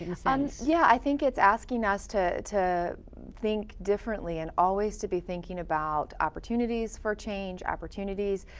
in a sense. yeah. i think it's asking us to, to think differently and always to be thinking about opportunities for change. opportunities,